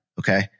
Okay